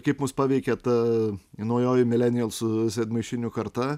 kaip mus paveikė ta naujoji milenijalsų sėdmaišinių karta